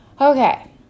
Okay